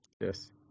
yes